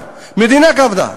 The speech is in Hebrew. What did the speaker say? המדינה קבעה.